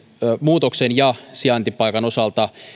muutoksen ja sijaintipaikan osalta